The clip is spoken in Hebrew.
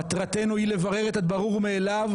מטרתנו היא לברר את הברור מאליו,